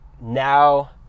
now